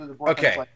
okay